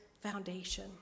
foundation